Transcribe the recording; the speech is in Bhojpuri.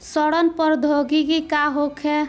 सड़न प्रधौगकी का होखे?